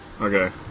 Okay